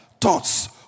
thoughts